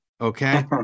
okay